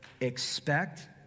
expect